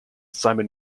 simon